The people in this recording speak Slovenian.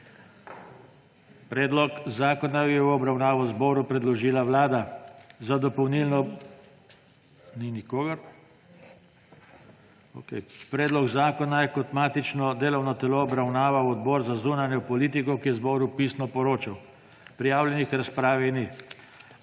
Predlog zakona je kot matično delo obravnaval Odbor za zunanjo politiko, ki je zboru pisno poročal. Prijavljenih k razpravi ni.